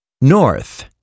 North